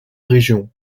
région